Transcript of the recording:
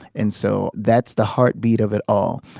and so that's the heartbeat of it all.